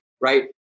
right